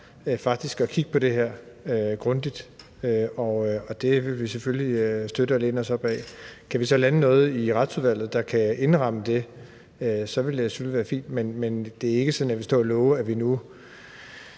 at kigge på det her grundigt, og det vil vi selvfølgelig støtte og læne os op ad. Kan vi så lande noget i Retsudvalget, der kan indramme det, vil det selvfølgelig være fint, men det er ikke sådan, at jeg vil stå og love, at vi nu